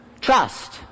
Trust